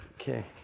okay